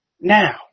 now